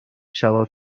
شبا